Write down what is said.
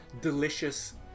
delicious